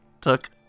took